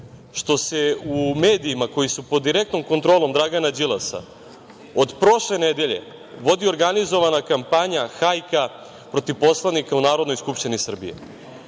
što se u medijima koji su pod direktnom kontrolom Dragana Đilasa od prošle nedelje vodi organizovana kampanja, hajka protiv poslanika u Narodnoj skupštini Srbije?